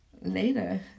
later